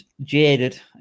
jaded